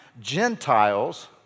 Gentiles